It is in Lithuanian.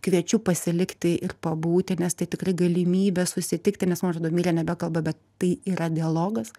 kviečiu pasilikti ir pabūti nes tai tikrai galimybė susitikti nes man atrodo mirę nebekalba bet tai yra dialogas